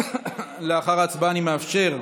לאחר ההצבעה אני מאפשר,